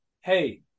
Hey